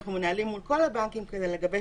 שאנחנו מנהלים מול כל הבנקים כדי לגבש